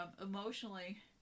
emotionally